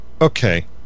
Okay